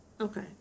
Okay